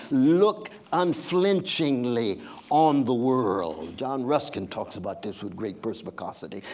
look unflinchingly on the world. john ruskin talks about this with great brisk capacity.